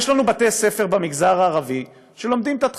יש לנו בתי-ספר במגזר הערבי שלומדים בהם את